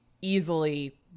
easily